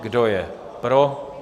Kdo je pro?